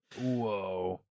whoa